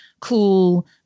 cool